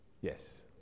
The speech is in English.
Yes